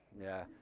yeah.